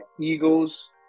Eagles